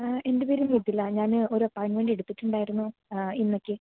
ആ എന്റെ പേര് മിഥില ഞാൻ ഒരു അപ്പോയിന്റ്മെന്റ് എടുത്തിട്ടുണ്ടായിരുന്നു ആ ഇന്നേയ്ക്ക്